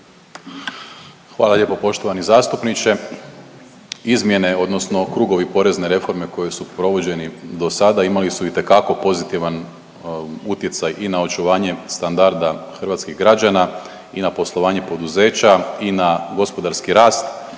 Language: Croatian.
Hvala lijepo poštovani zastupniče. Izmjene odnosno krugovi porezne reforme koji su provođeni dosada imali su itekako pozitivan utjecaj i na očuvanje standarda hrvatskih građana i na poslovanje poduzeća i na gospodarski rast,